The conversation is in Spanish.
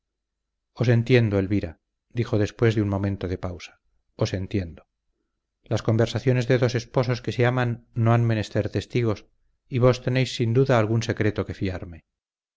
os entiendo elvira dijo después de un momento de pausa os entiendo las conversaciones de dos esposos que se aman no han menester testigos y vos tenéis sin duda algún secreto que fiarme